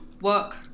work